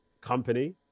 company